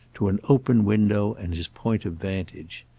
to an open window and his point of vantage.